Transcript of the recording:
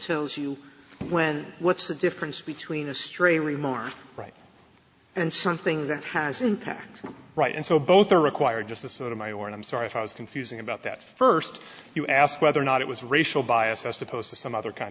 tells you when what's the difference between a stray remark and something that has impact right and so both are required just to sort of my or i'm sorry if i was confusing about that first you asked whether or not it was racial bias as to post some other kind